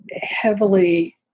heavily